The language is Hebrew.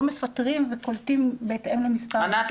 מפטרים וקולטים בהתאם למספר ה- -- ענת,